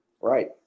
Right